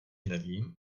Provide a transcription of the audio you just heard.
nevím